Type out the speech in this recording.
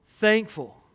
thankful